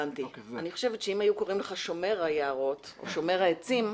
אני חושבת שאם היו קוראים לך שומר היערות או שומר העצים,